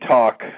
Talk